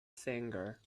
singer